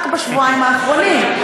רק בשבועיים האחרונים.